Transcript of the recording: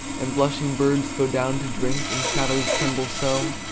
and blushing birds go down to drink, and shadows tremble so?